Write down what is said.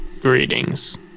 Greetings